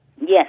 Yes